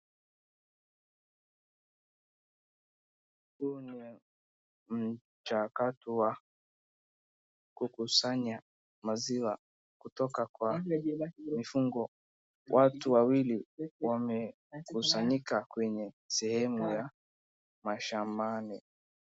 Huu ni mchakato wa kukusanya maziwa kutoka kwa kwa mifugo, watu wawili wamekusanyika kwenye sehemu ya mashambani.